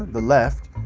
the left,